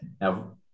Now